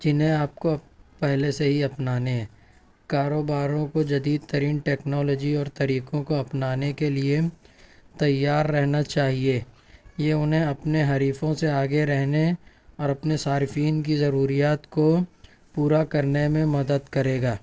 جنہیں آپ کو پہلے سے ہی اپنانے ہیں کاروباروں کو جدیدترین ٹیکنالوجی اور طریقوں کو اپنانے کے لئے تیار رہنا چاہیے یہ انہیں اپنے حریفوں سے آگے رہنے اور اپنے صارفین کی ضروریات کو پورا کرنے میں مدد کرے گا